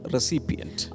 Recipient